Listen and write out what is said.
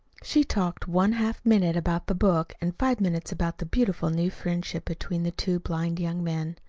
she talked one half-minute about the book and five minutes about the beautiful new friendship between the two blind young men.